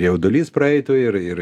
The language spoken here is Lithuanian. jaudulys praeitų ir ir